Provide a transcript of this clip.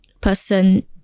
person